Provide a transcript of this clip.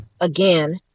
again